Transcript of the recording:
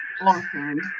awesome